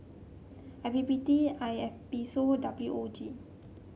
I P P T I A P O S W O G